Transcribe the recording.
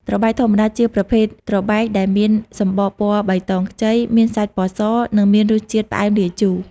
ត្របែកធម្មតា ជាប្រភេទត្របែកដែលមានសំបកពណ៌បៃតងខ្ចី មានសាច់ពណ៌ស និងមានរសជាតិផ្អែមលាយជូរ។